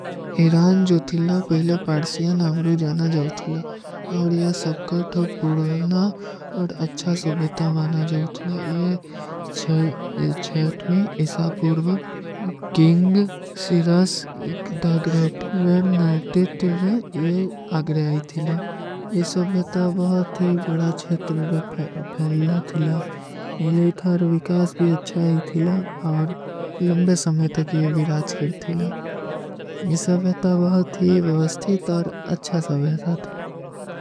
ଇରାନ ଜୋ ଥିଲା ପହଲେ ପାର୍ଟ୍ସିଯନ ହମ୍ରୂ ଜାନା ଜାଓ ଥୁଲା। ଔର ଯେ ସବକର୍ଥ ପୁରୋନା ଔର ଅଚ୍ଛା ସୁଵଯତା ମାନା ଜାଓ ଥୁଲା। ଯେ ଛେର୍ଟମୀ ଇସାପୂର୍ଵ କିଂଗ ସିରାସ ଦାଗ୍ରେଟ ରେ ନେ ତିତ୍ରେ ଯେ ଆଗରେ ଆଈ ଥିଲା। ଯେ ସୁଵଯତା ବହୁତ ଥୀ ବଡା ଛେତ୍ର ପହଲା ଥିଲା। ହେଲେ ଥାର ଵିକାସ ଭୀ ଅଚ୍ଛା ହୈ ଥିଲା। ଔର ଲଂବେ ସମଯ ତକ ଯେ ଭୀ ରାଜଖିର ଥିଲା। ଯେ ସୁଵଯତା ବହୁତ ଥୀ ଵିଵସ୍ଥିତ ଔର ଅଚ୍ଛା ସୁଵଯତା ଥିଲା।